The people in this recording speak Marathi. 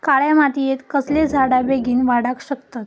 काळ्या मातयेत कसले झाडा बेगीन वाडाक शकतत?